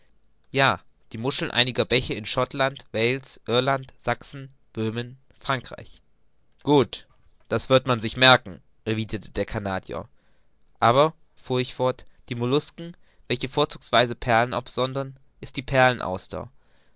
ja die muscheln einiger bäche in schottland wales irland sachsen böhmen frankreich gut das wird man sich merken erwiderte der canadier aber fuhr ich fort die molluske welche vorzugsweise perlen absondert ist die perlen auster